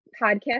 podcast